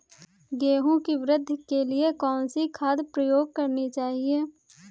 गेहूँ की वृद्धि के लिए कौनसी खाद प्रयोग करनी चाहिए?